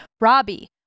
Robbie